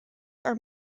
are